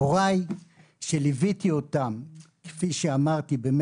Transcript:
כפי שאמרתי,